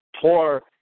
poor